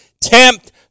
tempt